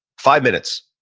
five minutes.